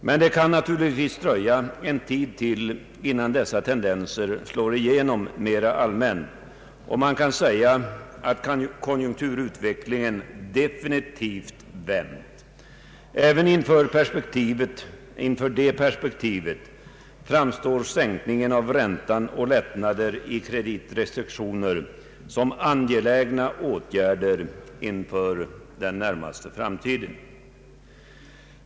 Men det kan naturligtvis dröja ännu en tid innan dessa tendenser slår igenom mera allmänt och man kan säga att konjunkturutvecklingen definitivt vänt. Även inför det perspektivet framstår sänkning av räntan och lättnader i kreditrestriktionerna som angelägna åtgärder inom den närmaste framtiden.